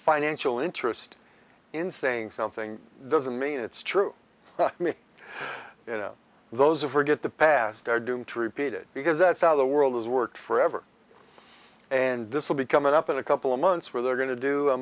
financial interest in saying something doesn't mean it's true but me you know those of forget the past are doomed to repeat it because that's how the world is work forever and this will be coming up in a couple of months where they're going to